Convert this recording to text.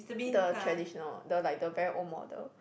the traditional the like the very old model